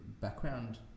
background